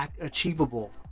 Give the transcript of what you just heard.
achievable